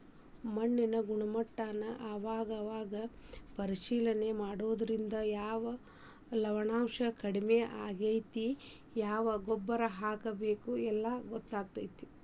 ಮಣ್ಣಿನ ಗುಣಮಟ್ಟಾನ ಅವಾಗ ಅವಾಗ ಪರೇಶಿಲನೆ ಮಾಡುದ್ರಿಂದ ಯಾವ ಲವಣಾಂಶಾ ಕಡಮಿ ಆಗೆತಿ ಯಾವ ಗೊಬ್ಬರಾ ಹಾಕಬೇಕ ಎಲ್ಲಾ ಗೊತ್ತಕ್ಕತಿ